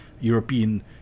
European